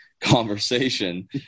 conversation